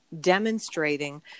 demonstrating